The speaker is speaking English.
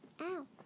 Ow